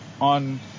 on